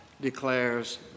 declares